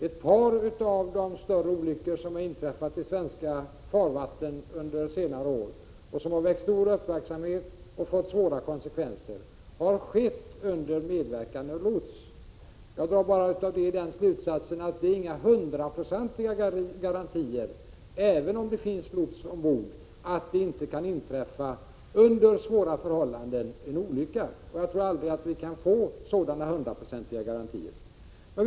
Ett par av de större olyckor som har inträffat i svenska farvatten under senare år och som har väckt stor uppmärksamhet och fått svåra konsekvenser har skett under medverkan av lots. Av detta drar jag bara den slutsatsen att det inte finns några hundraprocentiga garantier, även om det finns lots ombord, för att det inte kan inträffa en olycka under svåra förhållanden. Och jag tror aldrig vi kan få sådana garantier.